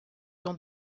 dans